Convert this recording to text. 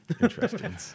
Interesting